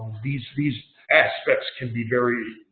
these these aspects can be very,